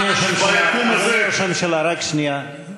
אדוני ראש הממשלה, רק שנייה.